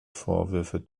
vorwürfe